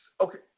okay